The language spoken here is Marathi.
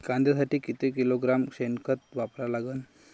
कांद्यासाठी किती किलोग्रॅम शेनखत वापरा लागन?